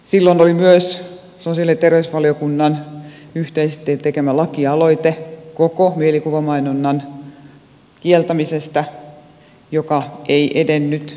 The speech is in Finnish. silloin oli myös sosiaali ja terveysvaliokunnan yhteisesti tekemä lakialoite koko mielikuvamainonnan kieltämisestä joka ei mennyt eteenpäin